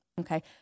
Okay